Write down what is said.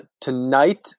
Tonight